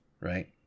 right